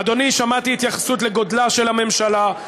אדוני, שמעתי התייחסות לגודלה של הממשלה.